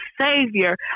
Savior